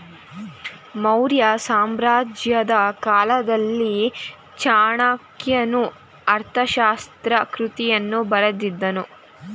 ಮೌರ್ಯ ಸಾಮ್ರಾಜ್ಯದ ಕಾಲದಲ್ಲಿ ಚಾಣಕ್ಯನು ಅರ್ಥಶಾಸ್ತ್ರ ಕೃತಿಯನ್ನು ಬರೆದಿದ್ದನು